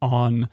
on